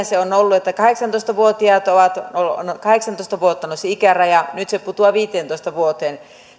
se on ollut että kahdeksantoista vuotta on ollut se ikäraja nyt se putoaa viiteentoista vuoteen